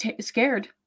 scared